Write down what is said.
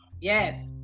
yes